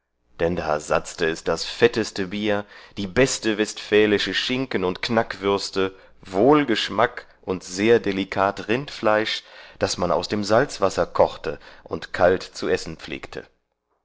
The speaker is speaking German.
dann da satzte es das fetteste bier die beste westfälische schinken und knackwürste wohlgeschmack und sehr delikat rindfleisch das man aus dem salzwasser kochte und kalt zu essen pflegte